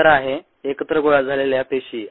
उत्तर आहे एकत्र गोळा झालेल्या पेशी